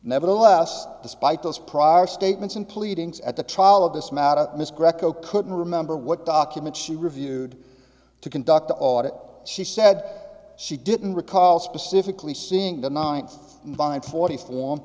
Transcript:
nevertheless despite those profs statements and pleadings at the trial of this matter miss greco couldn't remember what document she reviewed to conduct the audit she said she didn't recall specifically seeing the ninth vine forty form